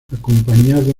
acompañado